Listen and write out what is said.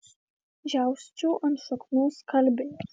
džiausčiau ant šakų skalbinius